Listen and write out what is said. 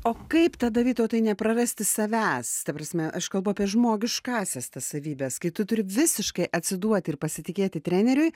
o kaip tada vytautai neprarasti savęs ta prasme aš kalbu apie žmogiškąsias tas savybes kai tu turi visiškai atsiduoti ir pasitikėti treneriui